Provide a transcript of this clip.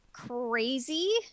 crazy